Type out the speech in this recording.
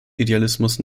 idealismus